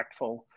impactful